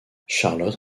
charlotte